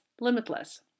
limitless